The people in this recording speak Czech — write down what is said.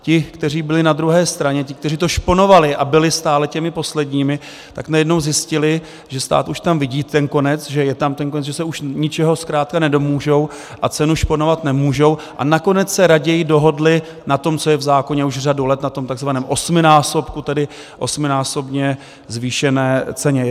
Ti, kteří byli na druhé straně, ti, kteří to šponovali a byli stále těmi posledními, najednou zjistili, že stát už tam vidí ten konec, že je tam ten konec, že se už ničeho zkrátka nedomůžou a cenu šponovat nemůžou, a nakonec se raději dohodli na tom, co je v zákoně už řadu let, na tom tzv. osminásobku, tedy osminásobně zvýšené ceně.